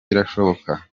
birashoboka